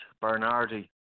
Bernardi